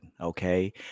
okay